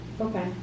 Okay